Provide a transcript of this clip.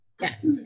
Yes